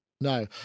No